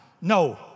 No